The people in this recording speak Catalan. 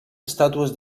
estàtues